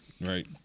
right